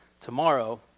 tomorrow